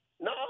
No